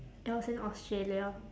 it was in australia